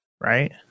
right